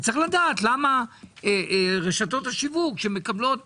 וצריך לדעת למה רשתות השיווק שמקבלות